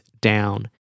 down